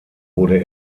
wurde